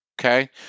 Okay